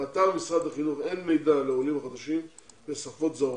באתר משרד החינוך אין מידע לעולים החדשים בשפות זרות.